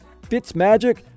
Fitzmagic